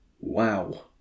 Wow